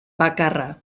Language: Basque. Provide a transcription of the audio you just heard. bakarra